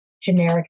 generic